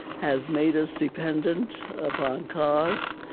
has made us dependent upon cars,